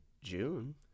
June